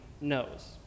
knows